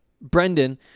Brendan